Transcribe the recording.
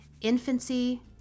Infancy